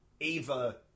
Ava